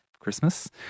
Christmas